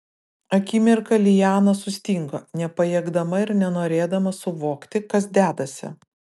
akimirką liana sustingo nepajėgdama ir nenorėdama suvokti kas dedasi